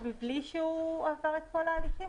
בלי שהוא עבר את כל ההליכים?